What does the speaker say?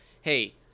Hey